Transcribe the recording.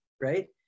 right